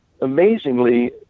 amazingly